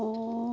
অঁ